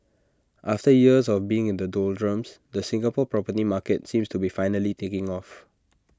after years of being in the doldrums the Singapore property market seems to be finally taking off